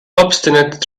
obstinate